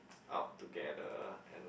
out together and